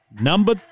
Number